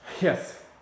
Yes